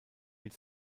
mit